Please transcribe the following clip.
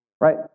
right